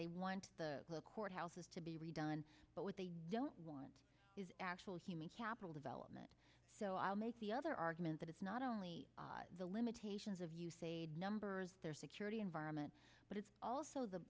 they want a court houses to be redone but what they don't want is actual human capital development so i'll make the other argument that it's not only the limitations of use a number of their security environment but it's also